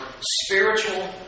spiritual